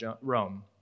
Rome